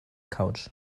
couch